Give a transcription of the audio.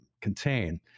contain